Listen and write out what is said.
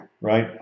right